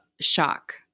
shock